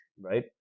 right